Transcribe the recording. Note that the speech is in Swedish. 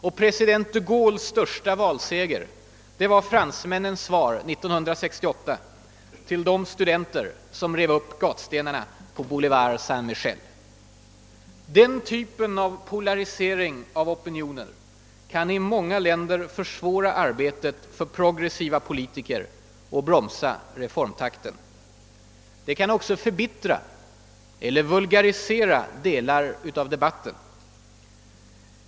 Och president de Gaulles största valseger var fransmännens svar 1968 till de studenter som rev upp gatstenarna på Boulevard Saint Michel. Den typen av polarisering av opinionen kan i många länder försvåra arbetet för progressiva politiker och bromsa reformtakten. Den kan också förbittra eller vulgarisera delar av debatten.